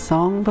Song